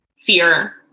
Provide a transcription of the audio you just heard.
fear